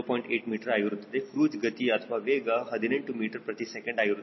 8 metre ಆಗಿರುತ್ತದೆ cruise ಗತಿ ಅಥವಾ ವೇಗ 18 ಮೀಟರ್ ಪ್ರತಿ ಸೆಕೆಂಡ್ ಆಗಿರುತ್ತದೆ